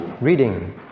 Reading